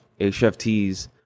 HFTs